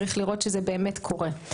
צריך לראות שזה באמת קורה.